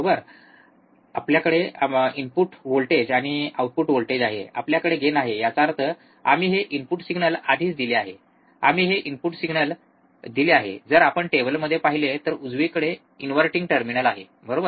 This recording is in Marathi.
आमच्याकडे इनपुट व्होल्टेज व आउटपुट व्होल्टेज आहे आपल्याकडे गेन आहे याचा अर्थ आम्ही हे इनपुट सिग्नल आधीच दिले आहे आम्ही हे इनपुट सिग्नल दिले आहे जर आपण टेबलमध्ये पाहिले तर उजवीकडे इनव्हर्टिंग टर्मिनल आहे बरोबर